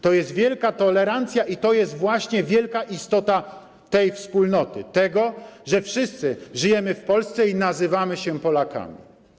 To jest wielka tolerancja i to jest właśnie wielka istota tej wspólnoty, tego, że wszyscy żyjemy w Polsce i nazywamy się Polakami.